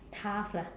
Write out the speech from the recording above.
tough lah